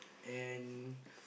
and